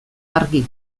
argi